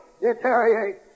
Deteriorate